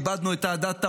איבדנו את אהדת העולם,